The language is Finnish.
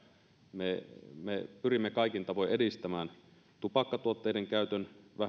me me pyrimme kaikin tavoin edistämään tupakkatuotteiden käytön